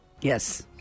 Yes